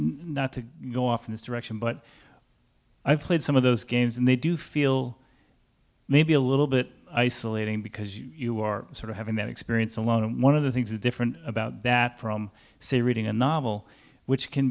not to go off in this direction but i've played some of those games and they do feel maybe a little bit isolating because you are sort of having that experience alone and one of the things is different about that from say reading a novel which can